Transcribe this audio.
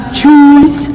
choose